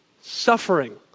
suffering